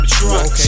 Okay